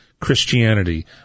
Christianity